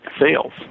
sales